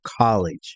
college